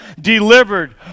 delivered